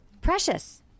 precious